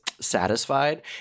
satisfied